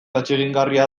atsegingarria